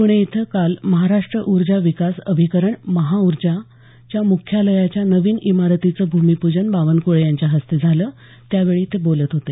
प्णे इथं काल महाराष्ट्र ऊर्जा विकास अभिकरण महाऊर्जा मुख्यालयाच्या नवीन इमारतीचं भूमिपूजन बावबक्रळे यांच्या हस्ते झालं त्यावेळी ते बोलत होते